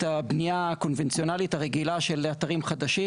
הבנייה הקונבנציונלית הרגילה של אתרים חדשים.